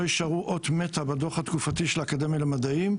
יישארו אות מתה בדוח התקופתי של האקדמיה למדעים,